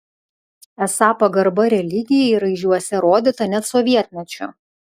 esą pagarba religijai raižiuose rodyta net sovietmečiu